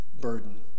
burden